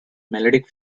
melodic